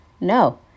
no